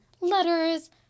letters